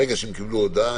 ברגע שהם קיבלו הודעה,